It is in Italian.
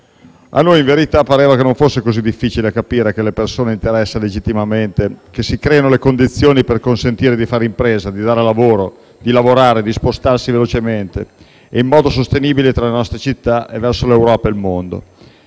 A noi, in verità, pareva che non fosse così difficile capire che alle persone interessa legittimamente che si creino le condizioni per consentire di fare impresa, di dare lavoro, di lavorare, di spostarsi velocemente e in modo sostenibile tra le nostre città e verso l'Europa e il mondo.